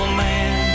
man